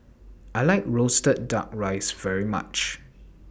I like Roasted Duck Rice very much